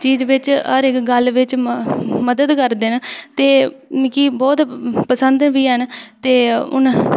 चीज बिच हर इक गल्ल बिच मदद करदे न ते मिगी बहुत पसंद बी हैन ते हून बस